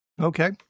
Okay